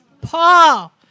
Paul